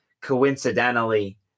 coincidentally